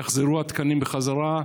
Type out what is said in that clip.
יחזרו התקנים בחזרה,